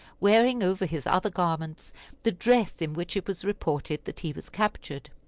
wearing over his other garments the dress in which it was reported that he was captured.